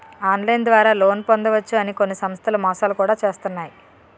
online ద్వారా loan పొందవచ్చు అని కొన్ని సంస్థలు మోసాలు కూడా చేస్తున్నాయి